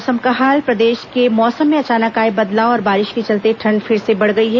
मौसम प्रदेश के मौसम में अचानक आए बदलाव और बारिश के चलते ठंड फिर से बढ़ गई है